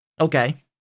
okay